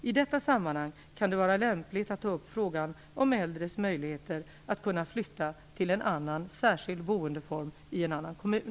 I detta sammanhang kan det vara lämpligt att ta upp frågan om äldres möjligheter att flytta till en särskild boendeform i en annan kommun.